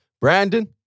Brandon